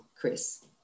Chris